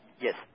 Yes